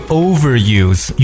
overuse